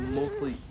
mostly